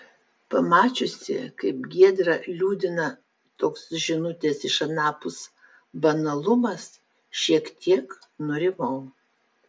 pamačiusi kaip giedrą liūdina toks žinutės iš anapus banalumas šiek tiek nurimau